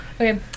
Okay